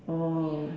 oh